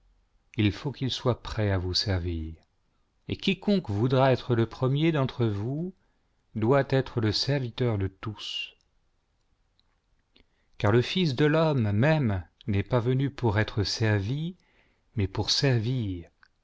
il faut qu'il soit prêt à vous servir et quiconque voudra être le premier d'entre vous doit être le serviteur de tous car le fils de l'homme même n'est pas venu pour être servi mais pour servir